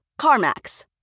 CarMax